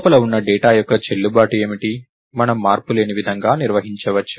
లోపల ఉన్న డేటా యొక్క చెల్లుబాటు ఏమిటి మనము మార్పులేని విధంగా నిర్వహించవచ్చు